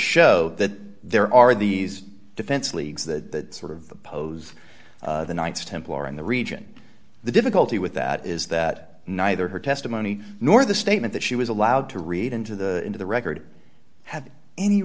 show that there are these defense leagues that sort of pose the knights templar in the region the difficulty with that is that neither her testimony nor the statement that she was allowed to read into the into the record had any